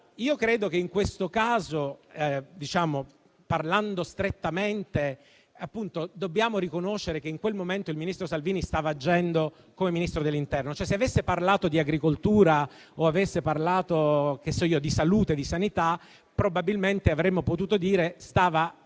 Io credo che in questo caso, parlando strettamente, dobbiamo riconoscere che in quel momento il ministro Salvini stava intervenendo come Ministro dell'interno, cioè se avesse parlato di agricoltura o di salute e di sanità, probabilmente avremmo potuto dire che stava facendo